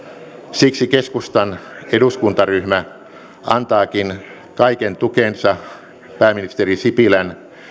siksi keskustan eduskuntaryhmä antaakin kaiken tukensa pääministeri sipilän